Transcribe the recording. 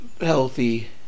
healthy